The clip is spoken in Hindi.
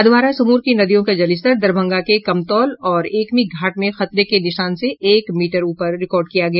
अधवारा समूह की नदियों का जलस्तर दरभंगा के कमतौल और एकमी घाट में खतरे के निशान से एक मीटर ऊपर रिकॉर्ड किया गया